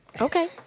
Okay